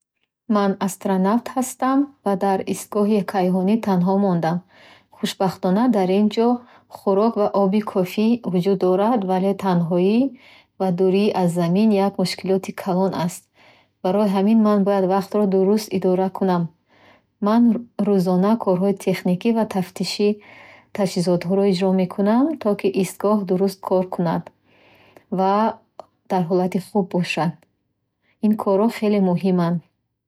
Ман астронавт ҳастам ва дар истгоҳи кайҳонӣ танҳо мондаам. Хушбахтона, дар ин ҷо хӯрок ва оби кофӣ вуҷуд дорад, вале танҳоӣ ва дурии аз замин як мушкилоти калон аст. Барои ҳамин, ман бояд вақтро дуруст идора кунам. Ман рӯзона корҳои техникӣ ва тафтиши таҷҳизотро иҷро мекунам, то ки истгоҳ дуруст кор кунад ва дар ҳолати хуб бошад. Ин корҳо хеле муҳиманд.